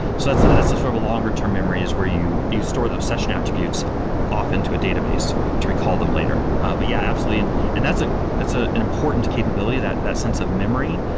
so that's that's sort of a longer term memory is where you you store those session attributes off into a database to recall them later but yeah, absolutely and and that's ah that's ah an important capability that that sense of memory,